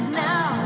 now